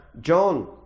John